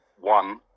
One